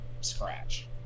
scratch